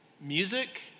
Music